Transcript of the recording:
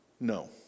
no